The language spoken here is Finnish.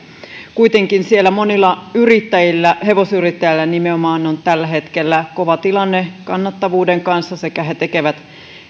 kuitenkin siellä monilla yrittäjillä hevosyrittäjillä nimenomaan on tällä hetkellä kova tilanne kannattavuuden kanssa ja he tekevät